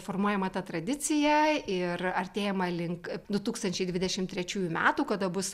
formuojama ta tradicija ir artėjama link du tūkstančiai dvidešimt trečiųjų metų kada bus